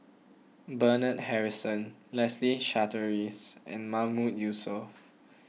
Bernard Harrison Leslie Charteris and Mahmood Yusof